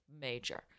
major